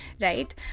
right